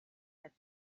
said